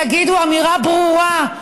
תגידו אמירה ברורה.